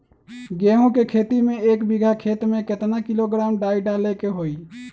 गेहूं के खेती में एक बीघा खेत में केतना किलोग्राम डाई डाले के होई?